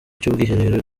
cy’ubwiherero